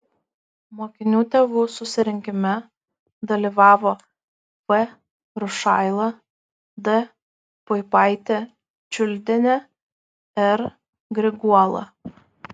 mokinių tėvų susirinkime dalyvavo v rušaila d puipaitė čiuldienė r griguola